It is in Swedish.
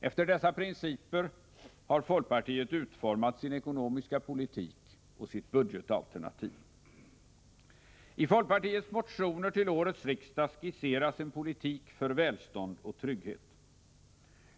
Efter dessa principer har folkpartiet utformat sin ekonomiska politik och sitt budgetalternativ. I folkpartiets motioner till årets riksdag skisseras en politik för välstånd och trygghet.